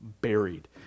buried